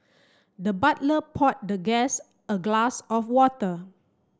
the butler poured the guest a glass of water